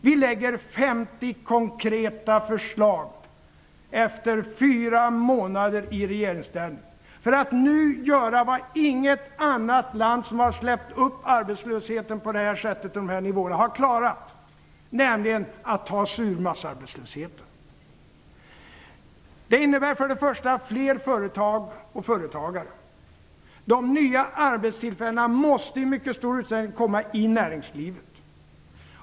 Vi lägger fram 50 konkreta förslag efter fyra månader i regeringsställning för att nu göra vad inget annat land som har släppt i väg arbetslösheten till dessa nivåer har klarat, nämligen att ta sig ur massarbetslösheten. Det innebär först och främst fler företag och företagare. De nya arbetstillfällena måste i mycket stor utsträckning komma i näringslivet.